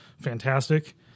fantastic